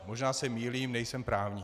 Možná se mýlím, nejsem právník.